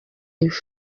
live